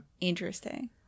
interesting